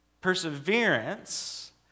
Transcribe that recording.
Perseverance